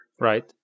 Right